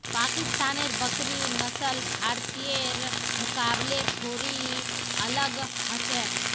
पाकिस्तानेर बकरिर नस्ल भारतीयर मुकाबले थोड़ी अलग ह छेक